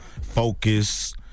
focus